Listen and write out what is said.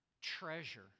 treasure